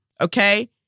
Okay